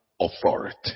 authority